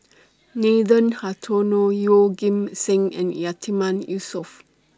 Nathan Hartono Yeoh Ghim Seng and Yatiman Yusof